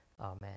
amen